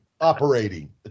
Operating